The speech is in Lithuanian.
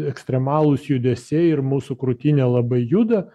ekstremalūs judesiai ir mūsų krūtinė labai juda